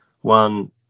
one